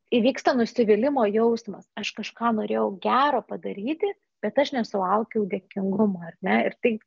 įvyksta nusivylimo jausmas aš kažką norėjau gero padaryti bet aš nesulaukiau dėkingumo ar ne ir tai